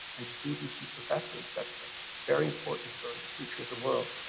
and students, and professors, that's so very important for the future of the world.